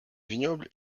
vignoble